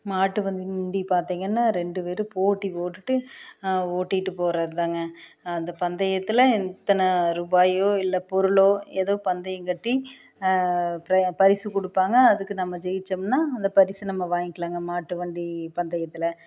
மாட்டுவண்டி பார்த்திங்கன்னா ரெண்டு பேர் போட்டி போட்டுகிட்டு ஓட்டிகிட்டு போகறதுதாங்க அந்த பந்தயத்தில் எத்தனை ரூபாயோ இல்லை பொருளோ எதோ பந்தயங்கட்டி ப்ரை பரிசு கொடுப்பாங்க அதுக்கு நம்ம ஜெயிச்சோம்னா அந்த பரிசு நம்ம வாங்கிக்கலாம்ங்க மாட்டு வண்டி பந்தயத்தில்